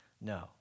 No